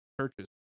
churches